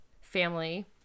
family